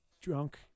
drunk